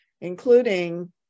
including